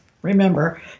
Remember